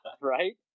Right